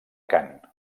cant